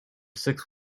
six